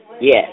Yes